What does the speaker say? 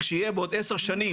לכשיהיה בעוד עשר שנים,